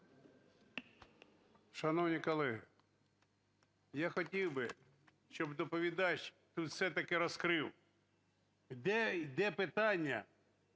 Шановні колеги, я хотів би, щоб доповідач тут все-таки розкрив, де йде питання